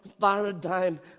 paradigm